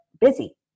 busy